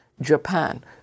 Japan